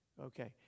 Okay